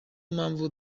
mpamvu